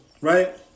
right